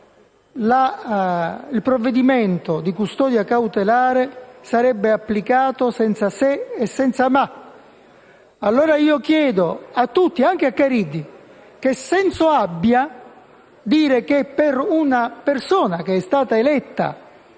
il provvedimento di custodia cautelare sarebbe applicato «senza se e senza ma». Chiedo allora a tutti, anche a Caridi, che senso abbia dire che per una persona che è stata eletta